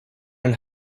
and